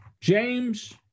James